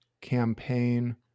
campaign